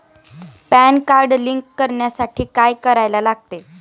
Pan card link करण्यासाठी काय करायला लागते?